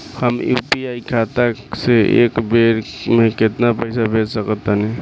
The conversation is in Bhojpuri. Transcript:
हम यू.पी.आई खाता से एक बेर म केतना पइसा भेज सकऽ तानि?